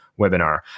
webinar